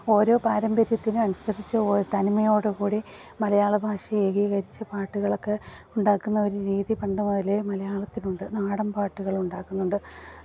ഓരോ പാരമ്പര്യത്തിനും അനുസരിച്ച് തനിമയോടു കൂടി മലയാള ഭാഷ ഏകീകരിച്ച് പാട്ടുകളൊക്കെ ഉണ്ടാക്കുന്ന ഒരു രീതി പണ്ടു മുതലേ മലയാളത്തിലുണ്ട് നാടൻ പാട്ടുകൾ ഉണ്ടാക്കുന്നുണ്ട്